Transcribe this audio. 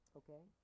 okay